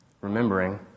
remembering